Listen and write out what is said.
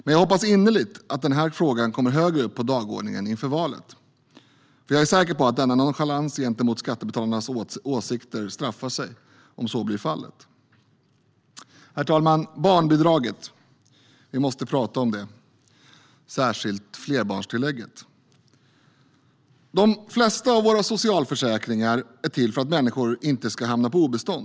Men jag hoppas innerligt att den här frågan kommer högre på dagordningen inför valet, för jag är säker på att denna nonchalans gentemot skattebetalarnas åsikter straffar sig om så blir fallet. Herr talman! Vi måste prata om barnbidraget och särskilt flerbarnstillägget. De flesta av våra socialförsäkringar är till för att människor inte ska hamna på obestånd.